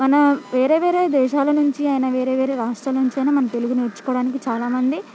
మన వేరే వేరే దేశాల నుంచి అయినా వేరే వేరే రాష్ట్రాల నుంచయినా తెలుగు నేర్చుకోవడానికి చాలామంది